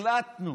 החלטנו.